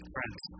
Friends